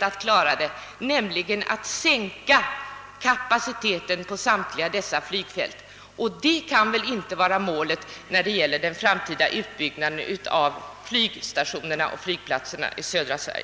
att klara det bleve att sänka kapaciteten på samtliga dessa flygfält. Detta kan väl inte vara målet för den framtida utbyggnaden av flygstationerna och flygplatserna i södra Sverige?